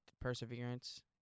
perseverance